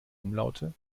umlaute